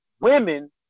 women